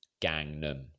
Gangnam